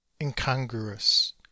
incongruous